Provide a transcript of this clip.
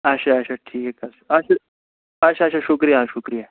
اَچھا اَچھا ٹھیٖک حظ چھُ اَچھِ اَچھا اَچھا شُکریہ شُکریہ